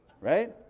right